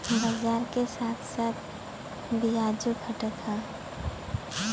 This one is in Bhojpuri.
बाजार के साथ साथ बियाजो घटत हौ